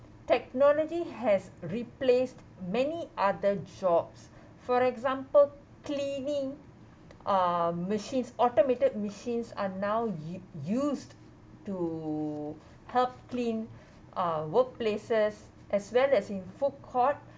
technology has replaced many other jobs for example cleaning uh machines automated machines are now us~ used to help clean uh workplaces as well as in food court